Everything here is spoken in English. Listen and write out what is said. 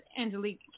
Angelique